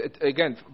again